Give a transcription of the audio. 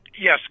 Yes